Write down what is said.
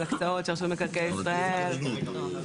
על הקצאות של רשות מקרקעי ישראל והליכי